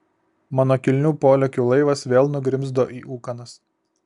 mano kilnių polėkių laivas vėl nugrimzdo į ūkanas